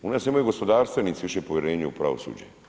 U nas imaju gospodarstvenici više povjerenja u pravosuđe.